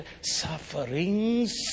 sufferings